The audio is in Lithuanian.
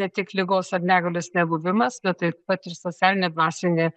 ne tik ligos ar negalios nebuvimas bet taip pat ir socialinė ir dvasinė